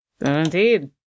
Indeed